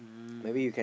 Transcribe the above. mm